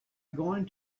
going